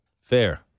Fair